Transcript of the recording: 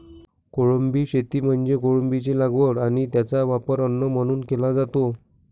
कोळंबी शेती म्हणजे कोळंबीची लागवड आणि त्याचा वापर अन्न म्हणून केला जातो